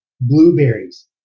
blueberries